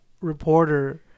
reporter